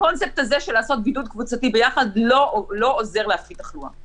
הקונספט הזה של לעשות בידוד קבוצתי ביחד לא עוזר להפחית תחלואה.